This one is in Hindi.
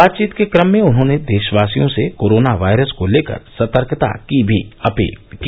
बातचीत के क्रम में उन्होंने देशवासियों से कोरोना वायरस को लेकर सतर्कता की अपील भी की